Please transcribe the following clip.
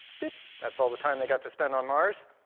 bip. that's all the time they got to spend on mars.